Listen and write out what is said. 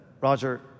Roger